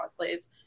cosplays